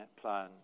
plan